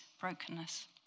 brokenness